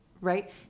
right